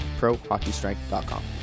ProHockeyStrength.com